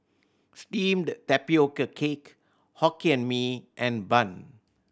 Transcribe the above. steamed tapioca cake Hokkien Mee and bun